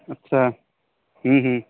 اچّھا ہوں ہوں